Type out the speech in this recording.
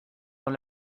dans